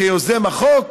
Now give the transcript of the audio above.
כיוזם החוק,